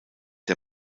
der